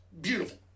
beautiful